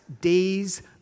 days